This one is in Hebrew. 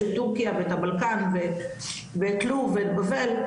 את טורקיה ואת הבלקן ואת לוב ואת בבל,